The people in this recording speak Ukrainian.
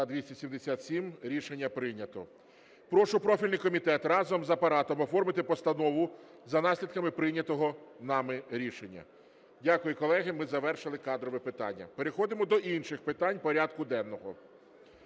Прошу профільний комітет разом з Апаратом оформити постанову за наслідками прийнятого нами рішення. Дякую, колеги, ми завершили кадрове питання. Переходимо до інших питань порядку денного.